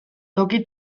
toki